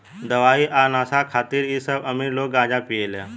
दवाई आ नशा खातिर इ सब अमीर लोग गांजा पियेला